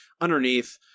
underneath